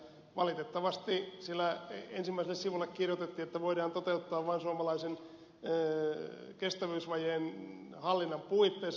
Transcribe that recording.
valitettavasti siellä ensimmäiselle sivulle kirjoitettiin että voidaan toteuttaa vain suomalaisen kestävyysvajeen hallinnan puitteissa